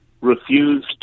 refused